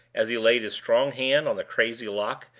as he laid his strong hand on the crazy lock,